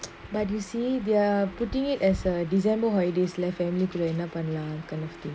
but you see they're putting it as a december holidays left family குள்ள என்ன பண்லா:kulla enna panlaa kind of thing